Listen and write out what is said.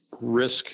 risk